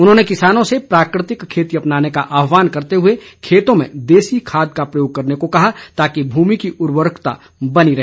उन्होंने किसानों से प्राकृतिक खेती अपनाने का आहवान करते हुए खेतों में देसी खाद का प्रयोग करने को कहा ताकि भूमि की उर्वरकता बनी रहे